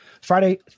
friday